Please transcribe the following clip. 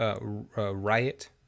riot